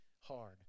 hard